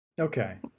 Okay